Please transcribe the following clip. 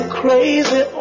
crazy